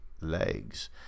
legs